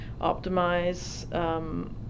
optimize